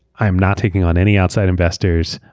i'm not taking on any outside investors.